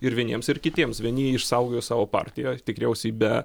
ir vieniems ir kitiems vieni išsaugojo savo partiją tikriausiai be